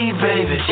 baby